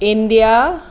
India